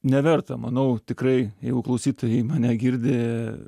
neverta manau tikrai jeigu klausytojai mane girdi